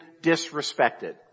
disrespected